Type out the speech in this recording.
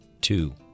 two